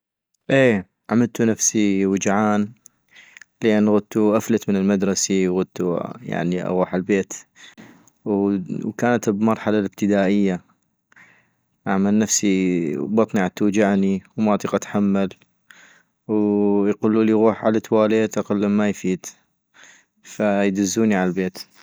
اي عملتو نفسي وجان ، لان غدتو افلت من المدرسي وغدتو يعني اغوح عالبيت - وكانت بمرحلة الابتدائية - اعمل نفسي بطني عتوجعني وما اطيق أتحمل ويقلولي غوح عالتواليت اقلم ما ايفيد - فيدزوني عالبيت